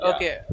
Okay